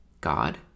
God